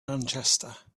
manchester